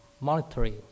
monetary